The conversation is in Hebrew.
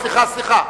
סליחה, סליחה.